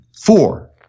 four